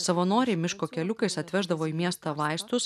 savanoriai miško keliukais atveždavo į miestą vaistus